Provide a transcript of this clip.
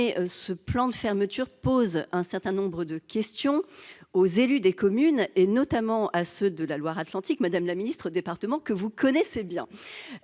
ce plan de fermeture pose un certain nombre de questions aux élus des communes, notamment à ceux de la Loire-Atlantique, département que vous connaissez bien,